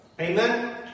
Amen